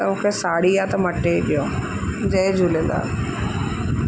त मूंखे साड़ी या त मटे ॾियो जय झूलेलाल